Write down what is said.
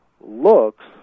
looks